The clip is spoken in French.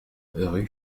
rue